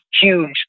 huge